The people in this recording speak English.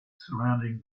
surrounding